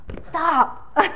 stop